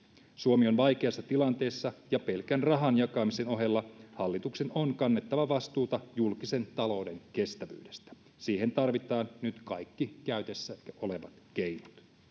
suomi on vaikeassa tilanteessa ja pelkän rahan jakamisen ohella hallituksen on kannettava vastuuta julkisen talouden kestävyydestä siihen tarvitaan nyt kaikki käytössä olevat keinot